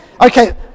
Okay